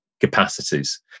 capacities